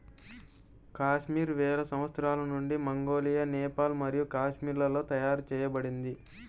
కాశ్మీర్ వేల సంవత్సరాల నుండి మంగోలియా, నేపాల్ మరియు కాశ్మీర్లలో తయారు చేయబడింది